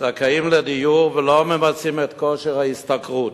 זכאים לדיור ולא ממצים את כושר ההשתכרות.